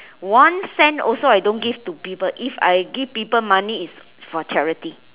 one cent also I don't give to people if I give people money it's for charity